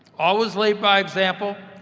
always lead by example,